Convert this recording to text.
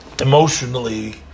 emotionally